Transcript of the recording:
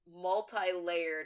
multi-layered